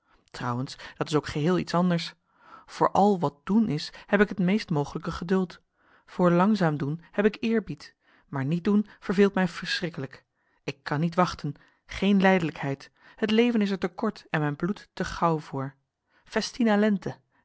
trouwens dat is ook geheel iets anders voor al wat doen is heb ik het meestmogelijke geduld voor langzaamdoen heb ik eerbied maar nietdoen verveelt mij verschrikkelijk ik kan niet wachten geen lijdelijkheid het leven is er te kort en mijn bloed te gauw voor festina lente